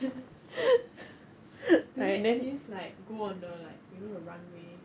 do they at least like go on the like you know the runway